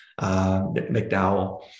McDowell